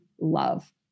love